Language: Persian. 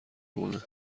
مونه